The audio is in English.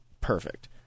Perfect